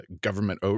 government